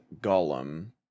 Gollum